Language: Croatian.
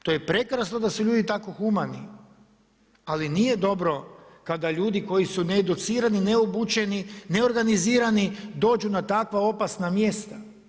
To je prekrasno da su ljudi tako humani, ali nije dobro kada ljudi koji su needucirani, neobučeni, neorganizirani dođu na takva opasna mjesta.